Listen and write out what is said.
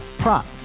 prop